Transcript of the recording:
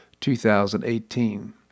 2018